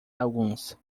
alguns